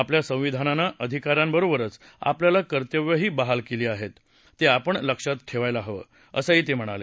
आपल्या संविधानानं अधिकारांबरोबरच आपल्याला कर्तव्यही बहाल केली आहेत ते आपण लक्षात ठेवायला हवं असं ते म्हणाले